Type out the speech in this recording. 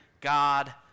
God